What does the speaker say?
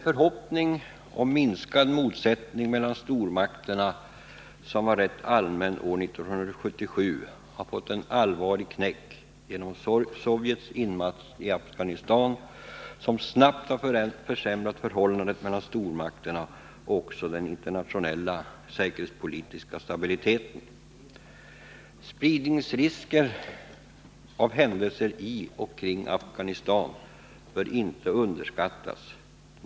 Förhoppningen om en minskning av motsättningarna mellan stormakterna, som var rätt allmän år 1977. har fått en allvarlig knäck efter Sovjets inmarsch i Afghanistan, som snabbt har försämrat förhållandet mellan stormakterna liksom också den internationella säkerhetspolitiska stabiliteten. Risken för spridning av konflikten i och omkring Afghanistan bör inte underskattas.